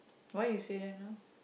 why you say that now